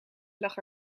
lag